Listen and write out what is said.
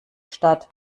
statt